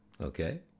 Okay